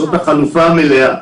זו החלופה המלאה.